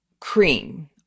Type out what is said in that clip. cream